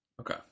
Okay